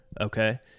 Okay